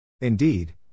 Indeed